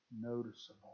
noticeable